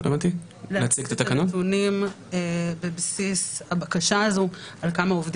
חלקם כבר מתכננים את החופשות האלה חודשים על גבי